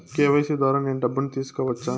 KYC ద్వారా నేను డబ్బును తీసుకోవచ్చా?